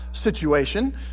Situation